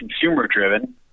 consumer-driven